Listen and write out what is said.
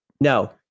No